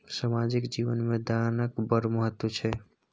सामाजिक जीवन मे दानक बड़ महत्व छै